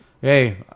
Hey